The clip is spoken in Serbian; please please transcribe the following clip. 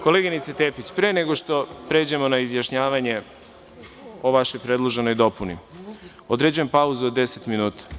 Koleginice Tepić, pre nego što pređemo na izjašnjavanje o vašoj predloženoj dopuni, određujem pauzu od 10 minuta.